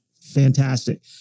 Fantastic